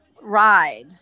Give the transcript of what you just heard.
ride